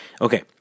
Okay